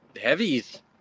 heavies